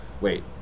Wait